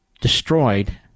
destroyed